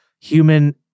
human